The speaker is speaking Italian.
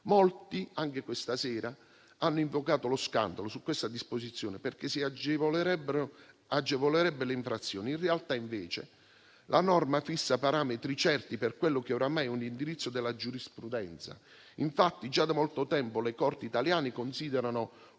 Molti, anche questa sera, hanno invocato lo scandalo su questa disposizione perché si agevolerebbero le infrazioni; in realtà, invece, la norma fissa parametri certi per quello che oramai è un indirizzo della giurisprudenza. Infatti, già da molto tempo le corti italiane considerano